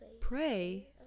pray